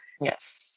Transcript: yes